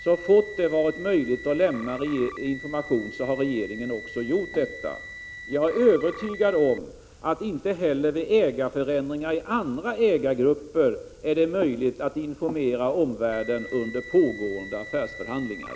Så fort det har varit möjligt att lämna information har regeringen också gjort det. Jag är övertygad om att det inte heller då ägarförändringar sker i andra ägargrupper är möjligt att informera omvärlden under pågående affärsförhandlingar.